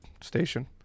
station